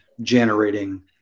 generating